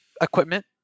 equipment